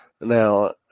now